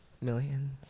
Millions